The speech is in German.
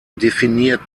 definiert